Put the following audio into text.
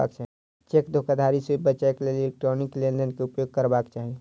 cheque धोखाधड़ी से बचैक लेल इलेक्ट्रॉनिक लेन देन के उपयोग करबाक चाही